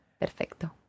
Perfecto